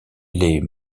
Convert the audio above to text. les